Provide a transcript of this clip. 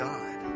God